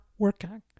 working